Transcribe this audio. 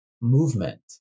movement